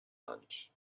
lunch